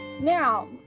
now